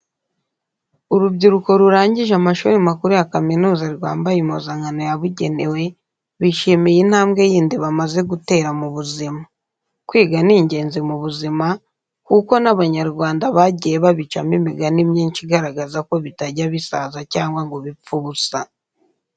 Urubyiruko rurangije amashuri makuru ya kaminuza rwambaye impuzankano yabugenewe, bishimiye intambwe yindi bamaze gutera mu buzima. Kwiga ni ingenzi mu buzima kuko n'abanyarwanda bagiye babicamo imigani myinshi igaragaza ko bitajya bisaza cyangwa ngo bipfe ubusa.